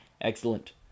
Excellent